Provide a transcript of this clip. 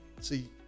see